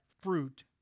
fruit